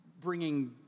bringing